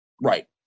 right